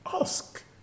ask